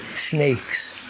snakes